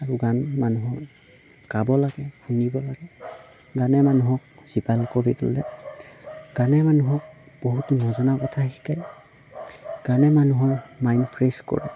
আৰু গান মানুহৰ গাব লাগে শুনিব লাগে গানে মানুহক জীপাল কৰি তোলে গানে মানুহক বহুতো নজনা কথা শিকাই গানে মানুহৰ মাইন ফ্ৰেচ কৰে